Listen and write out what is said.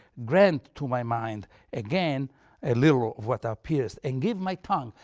grant to my mind again a little of what thou appearedst, and give my tongue,